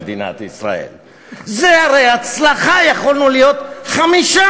במקום שהוא ייכנס לכל הפלונטרים האלה כדי לקיים את חזון האיש,